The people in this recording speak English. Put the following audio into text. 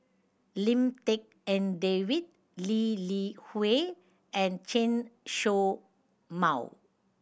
Lim Tik En David Lee Li Hui and Chen Show Mao